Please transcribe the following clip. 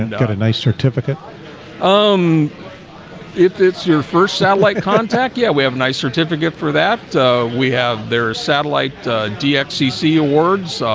and got a nice certificate um if it's your first satellite contact. yeah, we have a nice certificate for that we have their satellite d fcc awards,